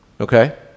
Okay